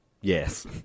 Yes